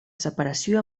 separació